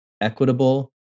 equitable